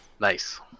Nice